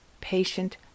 patient